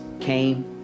came